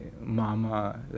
mama